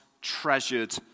Treasured